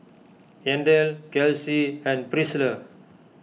Yandel Kelsi and Pricilla